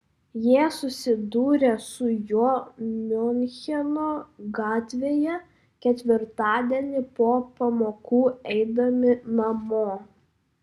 jie susidūrė su juo miuncheno gatvėje ketvirtadienį po pamokų eidami namo